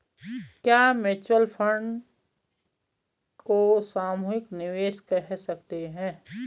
क्या mutual fund को सामूहिक निवेश कह सकते हैं?